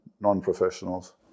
non-professionals